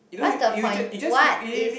what's the point what is